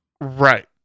Right